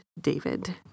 David